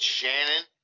Shannon